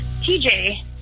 TJ